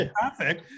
traffic